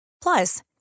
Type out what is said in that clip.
Plus